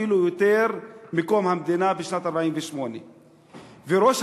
אפילו יותר מקום המדינה בשנת 1948. וראש